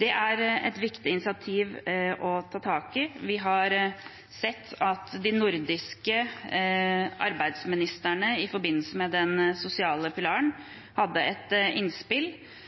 Det er et viktig initiativ å ta tak i. De nordiske arbeidsministrene hadde i forbindelse med den sosiale pilaren et innspill